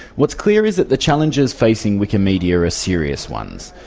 what's clear is that the challenges facing wikimedia are serious ones,